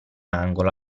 angolo